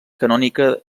canònica